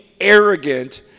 arrogant